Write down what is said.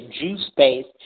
juice-based